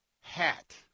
hat